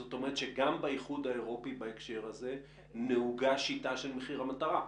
זאת אומרת גם באיחוד האירופי בהקשר הזה נהוגה שיטה של מחיר המטרה.